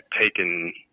taken